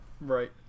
Right